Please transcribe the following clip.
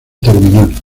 terminal